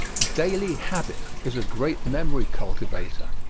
daily habit is a great memory cultivator.